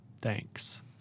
Thanks